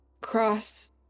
cross